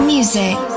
Music